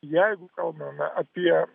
jeigu kalbame apie